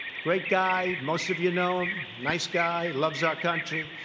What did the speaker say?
great guy. most of you know him. nice guy. loves our country.